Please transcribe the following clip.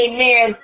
Amen